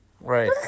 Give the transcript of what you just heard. Right